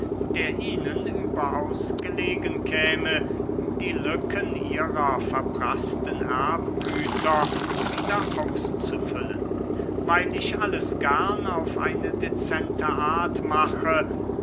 der ihnen überaus gelegen käme die lücken ihrer verpraßten erbgüter wieder auszufüllen weil ich alles gern auf eine decente art mache